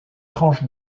tranches